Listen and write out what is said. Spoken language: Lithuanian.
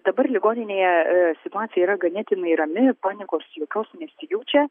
dabar ligoninėje situacija yra ganėtinai rami panikos jokios nesijaučia